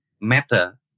matter